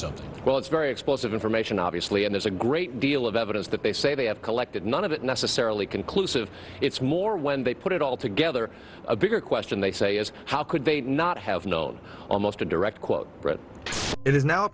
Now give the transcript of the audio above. something well it's very explosive information obviously and there's a great deal of evidence that they say they have collected none of it necessarily conclusive it's more when they put it all together a bigger question they say is how could they not have known almost a direct quote it is now